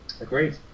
Agreed